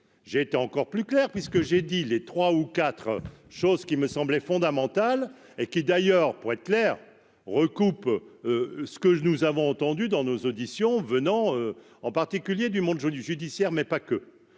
J'ai été encore plus clair puisque j'ai dit les 3 ou 4 choses qui me semblait fondamental et qui est d'ailleurs, pour être clair, recoupe ce que je nous avons entendu dans nos auditions venant en particulier du monde judiciaire, mais pas que